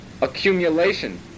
accumulation